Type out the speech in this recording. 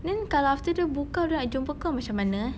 then kalau after dia book out dia nak jumpa kau macam mana eh